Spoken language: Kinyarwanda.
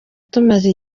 tumaze